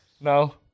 No